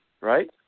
right